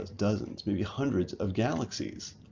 dozens maybe hundreds of galaxies.